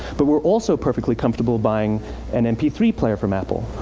but we're also perfectly comfortable buying an m p three player from apple,